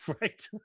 right